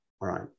right